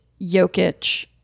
Jokic